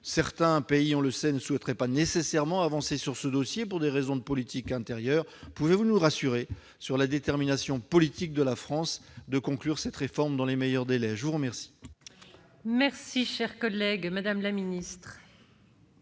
Certains pays, on le sait, ne souhaiteraient pas nécessairement avancer sur ce dossier pour des raisons de politique intérieure. Pouvez-vous nous rassurer sur la détermination politique de la France à conclure cette réforme dans les meilleurs délais ? Très bien ! La parole est à Mme la ministre.